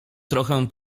trochę